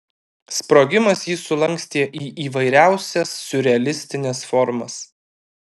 sprogimas jį sulankstė į įvairiausias siurrealistines formas